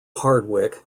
hardwicke